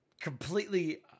completely